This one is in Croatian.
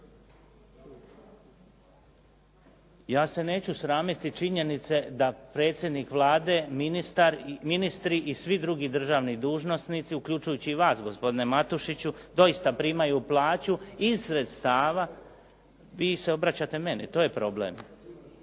Ja se neću sramiti činjenice da predsjednik Vlade, ministri i svi drugi državni dužnosnici uključujući i vas gospodine Matušiću doista primaju plaću iz sredstava. Vi se obraćate meni, to je problem.